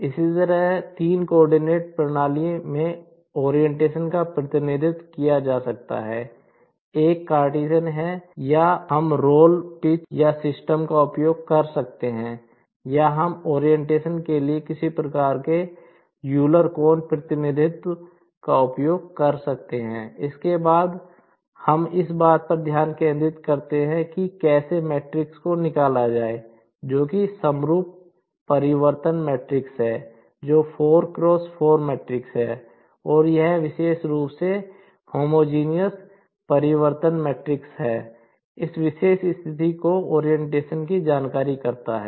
इसी तरह 3 कॉर्डिनेट प्रणाली में ओरियंटेशन की जानकारी करता है